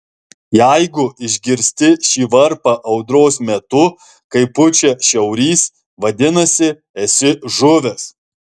jeigu išgirsti šį varpą audros metu kai pučia šiaurys vadinasi esi žuvęs